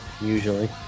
Usually